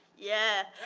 yeah.